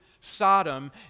Sodom